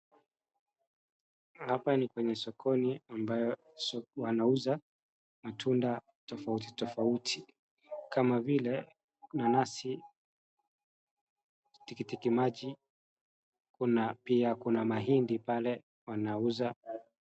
Hapa ni kwenye sokoni ambayo wanauza matunda tofauti tofauti kama vile nanasi, tikiti maji. Pia kuna mahindi pale wanauza.